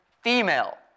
female